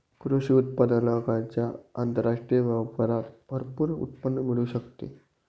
कृषी उत्पादकांच्या आंतरराष्ट्रीय व्यापारात भरपूर उत्पन्न मिळू शकते